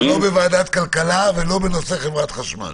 אתה לא בוועדת הכלכלה ולא בנושא חברת החשמל.